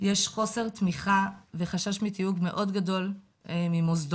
יש חוסר תמיכה וחשש מתיוג מאוד גדול ממוסדות,